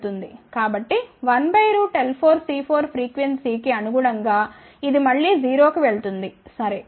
కాబట్టి1L4C4 frequency కి అనుగుణంగా ఇది మళ్ళీ 0 కి వెళుతుంది సరే